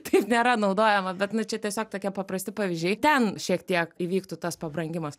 taip nėra naudojama bet nu čia tiesiog tokie paprasti pavyzdžiai ten šiek tiek įvyktų tas pabrangimas